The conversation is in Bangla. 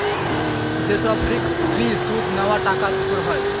যে সব রিস্ক ফ্রি সুদ নেওয়া টাকার উপর হয়